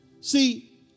See